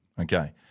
Okay